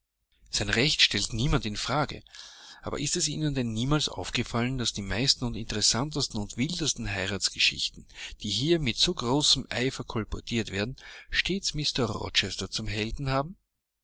sein recht stellt niemand in frage aber ist es ihnen denn niemals aufgefallen daß die meisten und interessantesten und wildesten heiratsgeschichten die hier mit so großem eifer kolportiert werden stets mr rochester zum helden haben